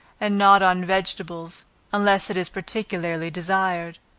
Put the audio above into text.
and not on vegetables unless it is particularly desired.